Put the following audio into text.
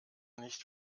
nicht